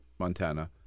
Montana